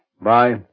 Bye